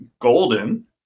golden